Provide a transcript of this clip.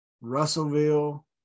Russellville